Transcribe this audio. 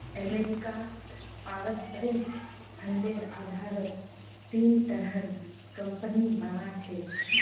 अमरीकात पारस्परिक फंडेर आधारत तीन तरहर कम्पनि बना छेक